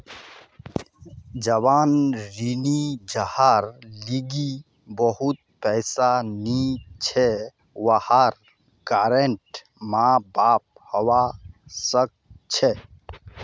जवान ऋणी जहार लीगी बहुत पैसा नी छे वहार गारंटर माँ बाप हवा सक छे